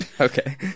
okay